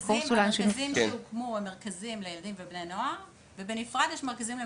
המרכזים שהוקמו הם מרכזים לבני נוער ובנפרד יש מרכזים למבוגרים,